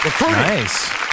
Nice